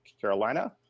Carolina